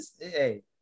Hey